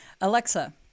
Alexa